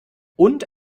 und